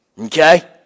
Okay